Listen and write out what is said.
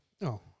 No